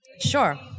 Sure